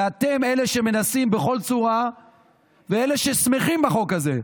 ואתם אלה שמנסים בכל צורה ואלה ששמחים בחוק הזה.